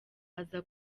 aza